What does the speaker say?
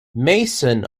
mason